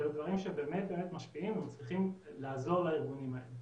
אלה דברים שבאמת משפיעים ומצליחים לעזור לארגונים האלו.